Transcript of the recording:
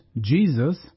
Jesus